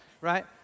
right